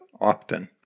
often